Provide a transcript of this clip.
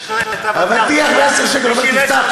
אבטיח ב-10 שקלים הוא אומר: תפתח,